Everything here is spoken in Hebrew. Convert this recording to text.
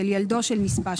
של ילדו של נספה ,